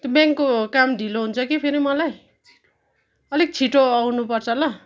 त्यो ब्याङ्कको काम ढिलो हुन्छ कि फेरि मलाई अलिक छिटो आउनु पर्छ ल